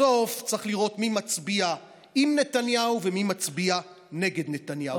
בסוף צריך לראות מי מצביע עם נתניהו ומי מצביע נגד נתניהו,